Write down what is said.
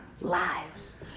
lives